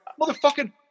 motherfucking